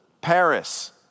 Paris